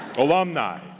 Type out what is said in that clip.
alumni,